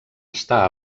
estar